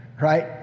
right